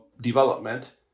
development